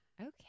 Okay